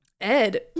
Ed